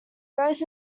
rose